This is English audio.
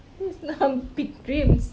that is not big dreams